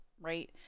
right